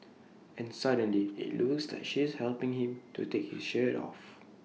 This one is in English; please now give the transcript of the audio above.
and suddenly IT looks like she's helping him to take his shirt off